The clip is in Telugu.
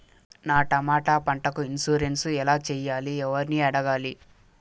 నా టమోటా పంటకు ఇన్సూరెన్సు ఎలా చెయ్యాలి? ఎవర్ని అడగాలి?